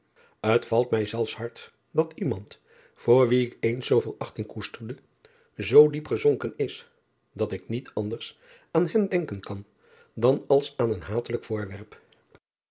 t alt mij zelfs hard dat iemand voor wien ik eens zooveel achting koesterde zoo diep gezonken is dat ik niet anders aan hem denken kan dan als aan een hatelijk voorwerp